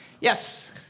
Yes